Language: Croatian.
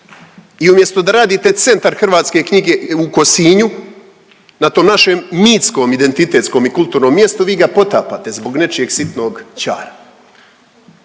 I umjesto da radite centar hrvatske knjige u Kosinju na tom našem mitskom identitetskom i kulturnom mjestu vi ga potapate zbog nečijeg sitnog čara.